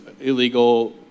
illegal